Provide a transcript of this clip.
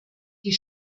die